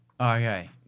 okay